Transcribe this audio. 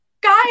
Guys